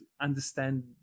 understand